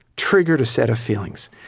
triggered a set of feelings.